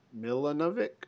Milanovic